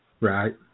Right